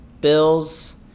Bills